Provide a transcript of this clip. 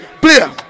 player